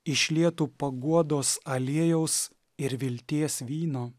išlietų paguodos aliejaus ir vilties vyno